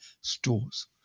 stores